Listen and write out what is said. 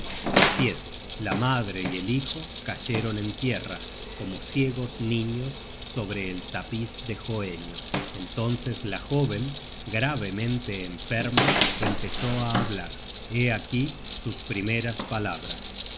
la madre y el hijo cayeron en tierra co content from google book search generated at rao ciegos niños sobre el tapiz de hoenio entonces la jóven gravemente enferma empezó á hablar hé aquí sus primeras palabras